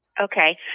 Okay